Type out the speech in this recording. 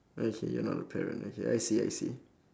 okay you're not a parent okay I see I see